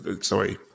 sorry